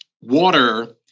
water